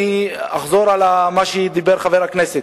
אני אחזור על מה שאמר חבר הכנסת: